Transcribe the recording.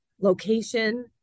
location